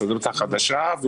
החדשה,